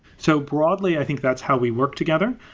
so broadly, i think that's how we work together.